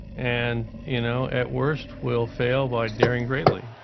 and, you know, at worst, we'll fail by daring greatly.